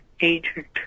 agent